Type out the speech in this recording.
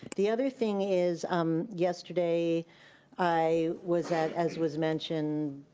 the other thing is um yesterday i was at, as was mentioned